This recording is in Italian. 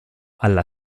alla